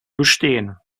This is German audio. bestehen